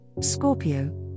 Scorpio